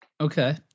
Okay